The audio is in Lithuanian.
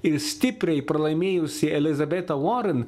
ir stipriai pralaimėjusi elizabeta voren